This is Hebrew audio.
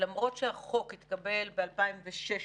שלמרות שהחוק התקבל ב-2016,